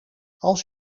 als